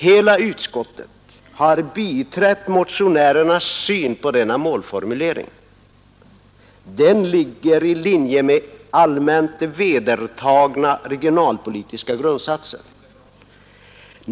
Hela utskottet har biträtt motionärernas syn på denna målformulering. Den ligger i linje med allmänt vedertagna regionalpolitiska grundsatser.